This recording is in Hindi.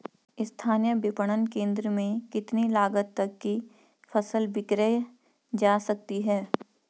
स्थानीय विपणन केंद्र में कितनी लागत तक कि फसल विक्रय जा सकती है?